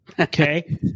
Okay